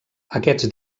aquests